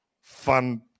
fun